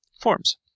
forms